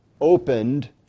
opened